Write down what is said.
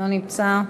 לא נמצא.